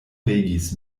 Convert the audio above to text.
regis